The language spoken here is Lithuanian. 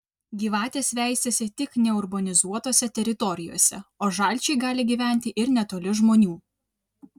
gyvatės veisiasi tik neurbanizuotose teritorijose o žalčiai gali gyventi ir netoli žmonių